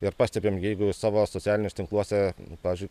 ir pastebim jeigu savo socialiniuose tinkluose pavyzdžiui